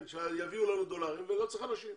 יביאו לנו דולרים ולא צריך אנשים.